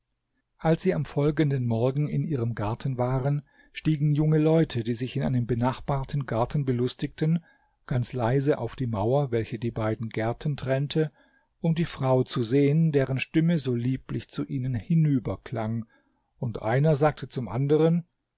als sie am folgenden morgen in ihrem garten waren stiegen junge leute die sich in einem benachbarten garten belustigten ganz leise auf die mauer welche die beiden gärten trennte um die frau zu sehen deren stimme so lieblich zu ihnen hinüberklang und einer sagte zum anderen